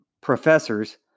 professors